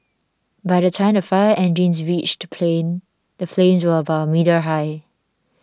by the time the fire engines reached the plane the flames were about a meter high